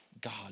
God